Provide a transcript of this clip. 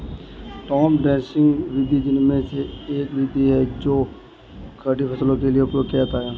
top dressing विधि उनमें से एक विधि है जो खड़ी फसलों के लिए उपयोग किया जाता है